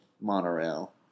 monorail